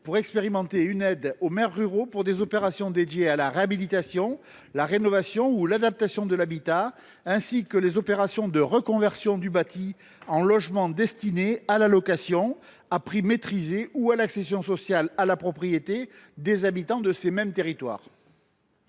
d’expérimenter une aide aux maires ruraux pour des opérations dédiées à la réhabilitation, à la rénovation ou à l’adaptation de l’habitat, ainsi qu’aux opérations de reconversion du bâti en logements destinés à la location à prix maîtrisé ou à l’accession sociale à la propriété des habitants de ces mêmes territoires.